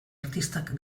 artistak